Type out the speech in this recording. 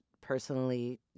personally